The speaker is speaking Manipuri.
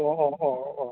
ꯑꯣ ꯑꯣ ꯑꯣ ꯑꯣ